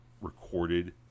recorded